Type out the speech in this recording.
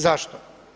Zašto?